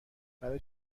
برای